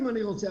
אם אני רוצה,